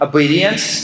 Obedience